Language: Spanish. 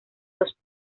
los